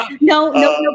no